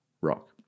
rock